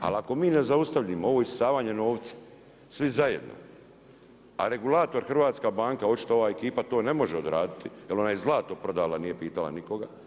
Ali ako mi ne zaustavimo ovo isisavanje novca svi zajedno, a regulator Hrvatska banka, očito ova ekipa to ne može odraditi, jer ona je zlato prodala a nije pitala nikoga.